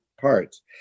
parts